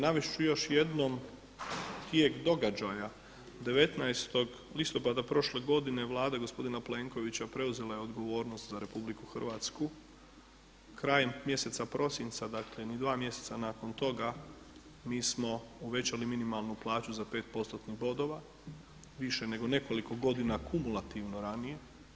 Navest ću još jednom tijek događaja 19. listopada prošle godine Vlada gospodina Plenkovića preuzela je odgovornost za RH krajem mjeseca prosinca dakle ni dva mjeseca nakon toga mi smo povećali minimalnu plaću za 5%-tnih bodova više nego nekoliko godina kumulativno ranije.